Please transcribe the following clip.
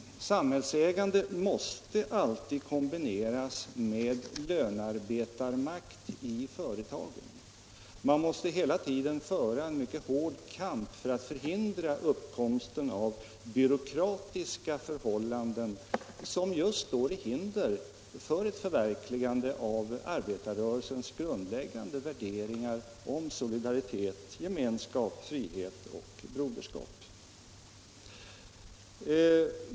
Samhällsägandet måste alltid kombineras med lönearbetarmakt i företagen. Man måste hela tiden föra en mycket hård kamp för att förhindra uppkomsten av byråkratiska förhållanden som står i vägen för ett förverkligande av arbetarrörelsens grundläggande värderingar om solidaritet, gemenskap, frihet och broderskap.